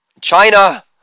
China